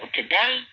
today